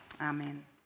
Amen